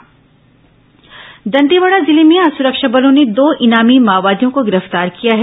माओवादी समाचार दंतेवाड़ा जिले में आज सुरक्षा बलों ने दो इनामी माओवादियों को गिरफ्तार किया है